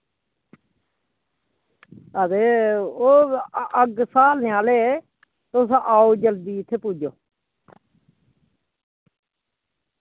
ते ओह् अग्ग स्हालने आह्ले आओ इत्थें जल्दी पुज्जो